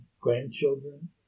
grandchildren